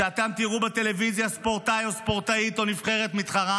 כשאתם תראו בטלוויזיה ספורטאי או ספורטאית או נבחרת מתחרה,